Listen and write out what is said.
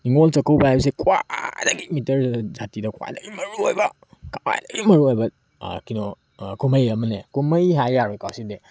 ꯅꯤꯡꯉꯣꯜ ꯆꯥꯛꯀꯧꯕ ꯍꯥꯏꯕꯁꯤ ꯈ꯭ꯋꯥꯏꯗꯒꯤ ꯃꯩꯇꯩ ꯖꯥꯇꯤꯗ ꯈ꯭ꯋꯥꯏꯗꯒꯤ ꯃꯔꯨ ꯑꯣꯏꯕ ꯈ꯭ꯋꯥꯏꯗꯒꯤ ꯃꯔꯨ ꯑꯣꯏꯕ ꯀꯩꯅꯣ ꯀꯨꯝꯍꯩ ꯑꯃꯅꯦ ꯀꯨꯝꯍꯩ ꯍꯥꯏ ꯌꯥꯔꯣꯏꯀꯣ ꯁꯤꯗꯤ